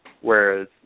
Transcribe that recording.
Whereas